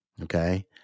okay